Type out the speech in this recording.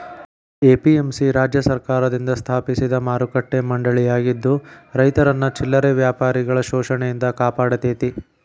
APMC ರಾಜ್ಯ ಸರ್ಕಾರದಿಂದ ಸ್ಥಾಪಿಸಿದ ಮಾರುಕಟ್ಟೆ ಮಂಡಳಿಯಾಗಿದ್ದು ರೈತರನ್ನ ಚಿಲ್ಲರೆ ವ್ಯಾಪಾರಿಗಳ ಶೋಷಣೆಯಿಂದ ಕಾಪಾಡತೇತಿ